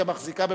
לא צריכה הצבעה.